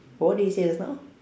what did you say just now